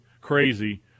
crazy